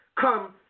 come